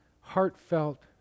heartfelt